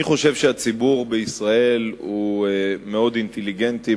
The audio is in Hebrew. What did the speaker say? אני חושב שהציבור בישראל הוא מאוד אינטליגנטי,